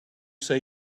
say